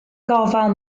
gofal